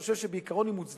אני חושב שבעיקרון היא מוצדקת,